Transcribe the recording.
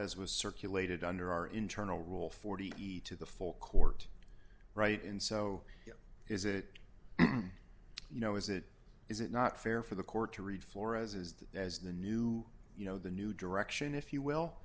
was circulated under our internal rule forty to the full court right and so is it you know is it is it not fair for the court to read flores's that as the new you know the new direction if you will